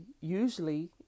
usually